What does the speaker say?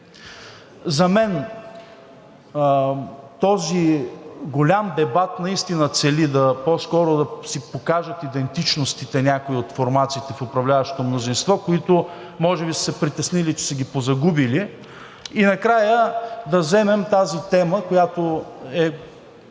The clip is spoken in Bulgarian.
За мен този голям дебат наистина цели по-скоро да си покажат идентичностите някои от формациите в управляващото мнозинство, които може би са се притеснили, че са ги позагубили. И накрая да вземем тази тема, която е